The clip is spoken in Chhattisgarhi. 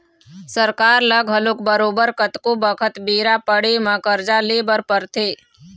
सरकार ल घलोक बरोबर कतको बखत बेरा पड़े म करजा ले बर परथे